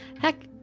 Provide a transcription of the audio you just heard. Heck